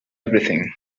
everything